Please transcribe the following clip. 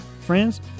friends